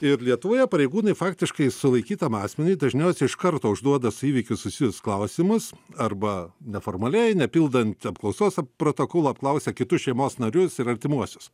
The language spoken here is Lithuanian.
ir lietuvoje pareigūnai faktiškai sulaikytam asmeniui dažniausiai iš karto užduoda su įvykiu susijusius klausimus arba neformaliai nepildant apklausos protokolo apklausia kitus šeimos narius ir artimuosius